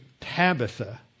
Tabitha